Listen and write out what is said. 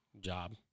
job